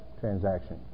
transaction